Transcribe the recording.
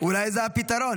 ------ אולי זה הפתרון.